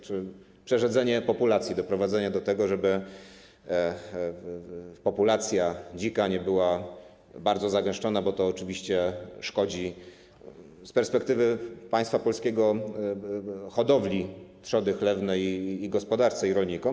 Chodzi o przerzedzenie populacji, doprowadzenie do tego, żeby populacja dzika nie była bardzo zagęszczona, bo to oczywiście szkodzi z perspektywy państwa polskiego hodowli trzody chlewnej, gospodarce i rolnikom.